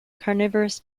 carnivorous